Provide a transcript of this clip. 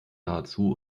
nahezu